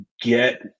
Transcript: get